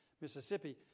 Mississippi